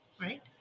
right